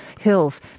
hills